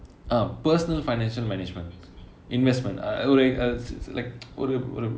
ah personal financial management investment அது ஒரு:athu oru like ஒரு ஒரு:oru oru